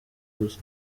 gusa